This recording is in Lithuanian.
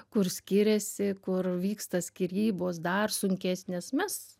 kur skiriasi kur vyksta skyrybos dar sunkesnės mes